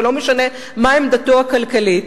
ולא משנה מה עמדתו הכלכלית,